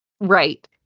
Right